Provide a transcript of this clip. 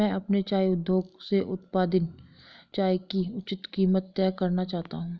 मैं अपने चाय उद्योग से उत्पादित चाय की उचित कीमत तय करना चाहता हूं